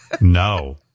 No